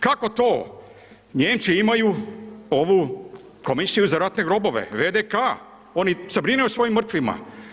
Kako to Nijemci imaju ovu komisiju za ratne grobove, VDK, oni se brinu o svojim mrtvima.